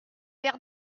verre